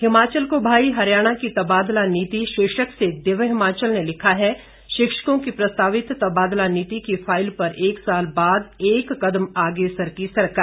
हिमाचल को भायी हरियाणा की तबादला नीति शीर्षक से दिव्य हिमाचल ने लिखा है शिक्षकों की प्रस्तावित तबादला नीति की फाइल पर एक साल बाद एक कदम आगे सरकी सरकार